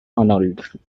annulled